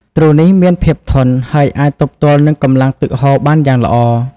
ទ្រូ នេះមានភាពធន់ ហើយអាចទប់ទល់នឹងកម្លាំងទឹកហូរបានយ៉ាងល្អ។